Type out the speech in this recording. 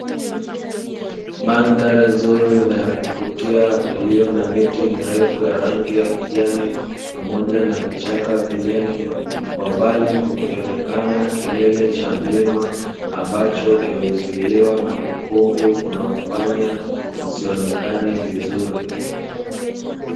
Madhari nzuri ya kuvutia ililo na miti mirefu ya rangi ya kijani pamoja na vichaka vinene, kwa mbali kukionekana kilele cha mlima ambacho kimezuiliwa na ukungu unaofanya usionekane vizuri.